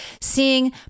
seeing